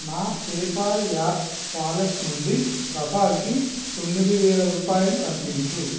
నా PayPal app wallet నుండి ప్రసాద్కి తొమ్మిది వేల రూపాయలు పంపించు